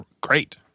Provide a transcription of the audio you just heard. great